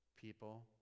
People